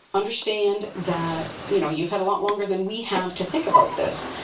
understand that, you know, you've had a lot longer than we have to think about this.